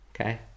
okay